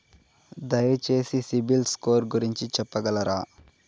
దయచేసి CIBIL score గురించి చెప్పగలరా?